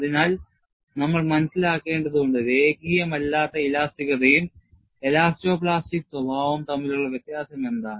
അതിനാൽ നമ്മൾ മനസ്സിലാക്കേണ്ടതുണ്ട് രേഖീയമല്ലാത്ത ഇലാസ്തികതയും എലാസ്റ്റോ പ്ലാസ്റ്റിക് സ്വഭാവവും തമ്മിലുള്ള വ്യത്യാസം എന്താണ്